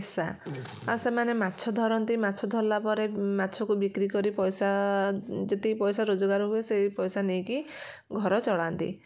ପେଶା ଆଉ ସେମାନେ ମାଛ ଧରନ୍ତି ମାଛ ଧରିଲା ପରେ ମାଛକୁ ବିକ୍ରୀ କରି ପଇସା ଯେତିକି ପଇସା ରୋଜଗାର ହୁଏ ସେଇ ପଇସା ନେଇକି ଘର ଚଳାନ୍ତି